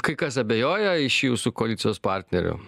kai kas abejoja iš jūsų koalicijos partnerių